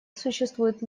существуют